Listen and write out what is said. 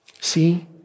See